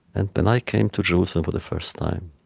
and when i came to jerusalem for the first time,